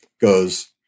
goes